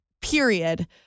period